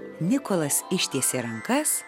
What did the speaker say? nikolas ištiesė rankas